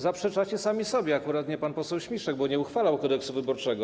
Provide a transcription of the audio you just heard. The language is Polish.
Zaprzeczacie sami sobie, choć akurat nie pan poseł Śmiszek, bo on nie uchwalał Kodeksu wyborczego.